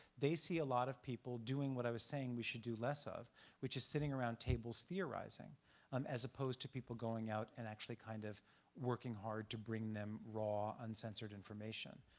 they see a lot of people doing what i was saying we should do less, which is sitting around tables theorizing um as opposed to people going out and actually kind of working hard to bring them raw uncensored information.